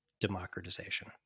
democratization